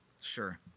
sure